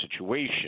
situation